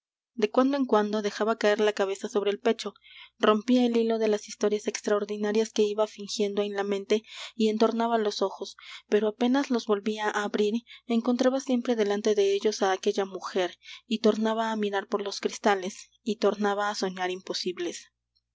de cuando en cuando dejaba caer la cabeza sobre el pecho rompía el hilo de las historias extraordinarias que iba fingiendo en la mente y entornaba los ojos pero apenas los volvía á abrir encontraba siempre delante de ellos á aquella mujer y tornaba á mirar por los cristales y tornaba á soñar imposibles